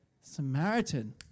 Samaritan